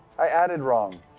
i added wrong.